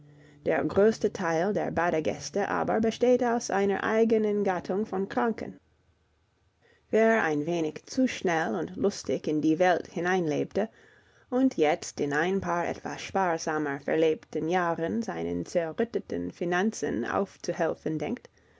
der größte teil der badegäste aber besteht aus einer eigenen gattung von kranken wer ein wenig zu schnell und lustig in die welt hineinlebte und jetzt in ein paar etwas sparsamer verlebten jahren seinen zerrütteten finanzen aufzuhelfen denkt